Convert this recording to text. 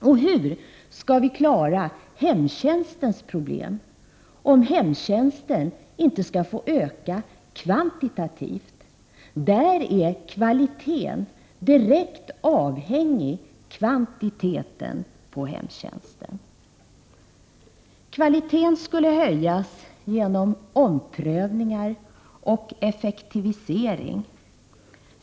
Och hur skall vi klara hemtjänstens problem om inte hemtjänsten skall få öka kvantitativt? Där är kvaliteten direkt avhängig av kvantiteten. Kvaliteten skulle höjas genom omprövningar och effektivisering.